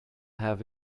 have